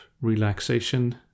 relaxation